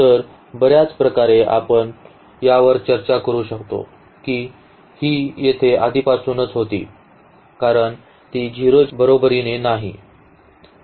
तर बर्याच प्रकारे आपण यावर चर्चा करू शकतो की ही येथे आधीपासून होती कारण ती 0 च्या बरोबरीने नाही